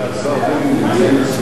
אני רואה שהשר בגין נמצא לשמאלי.